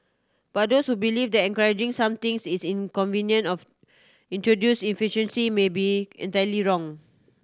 but those who believe that encouraging something is inconvenient of introduce inefficiency may be entirely wrong